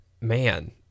man